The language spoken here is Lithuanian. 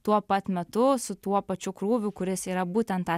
tuo pat metu su tuo pačiu krūviu kuris yra būtent tą